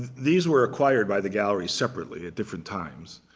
these were acquired by the gallery separately at different times.